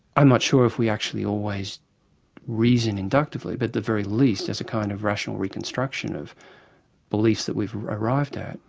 i'm not sure if we actually always reason inductively, but at the very least, as a kind of rational reconstruction of beliefs that we've arrived at,